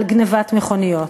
על גנבת מכוניות.